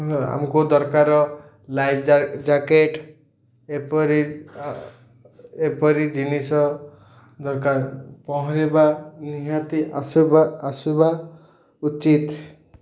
ଆମକୁ ଦରକାର୍ life jacket ଏପରି ଏପରି ଜିନିଷ ଦରକାର ପହଁରିବା ନିହାତି ଆସିବା ଆସିବା ଉଚିତ୍